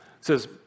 says